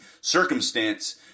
circumstance